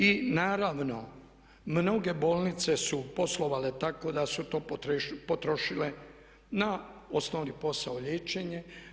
I naravno mnoge bolnice su poslovale tako da su to potrošile na osnovni posao liječenje.